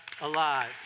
alive